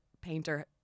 painter